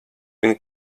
been